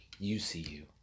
UCU